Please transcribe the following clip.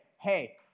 hey